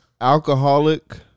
alcoholic